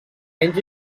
menys